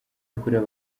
yakorewe